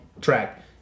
track